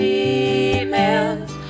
Females